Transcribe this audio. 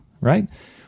right